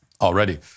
already